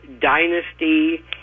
Dynasty